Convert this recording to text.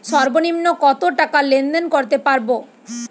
সর্বনিম্ন কত টাকা লেনদেন করতে পারবো?